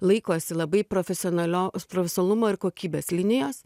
laikosi labai profesionalios profesalumo ir kokybės linijos